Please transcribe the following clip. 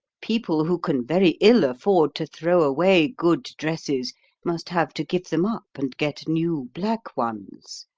people who can very ill afford to throw away good dresses must have to give them up, and get new black ones,